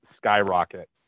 Skyrocket